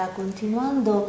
continuando